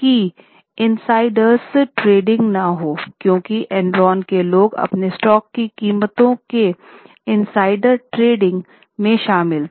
की insider trading न हो क्योंकि एनरॉन के लोग अपने स्टॉक की कीमतों में इनसाइडर ट्रेडिंग में शामिल थे